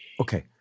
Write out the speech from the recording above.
Okay